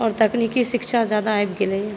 आओर तकनीकी शिक्षा ज़्यादा आबि गेलैए